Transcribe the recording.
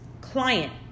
client